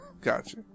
Gotcha